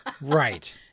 Right